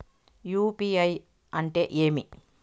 UPI అంటే ఏమి?